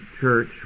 Church